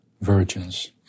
virgins